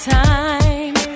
time